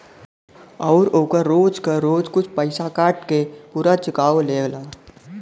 आउर ओकर रोज क रोज कुछ पइसा काट के पुरा चुकाओ लेवला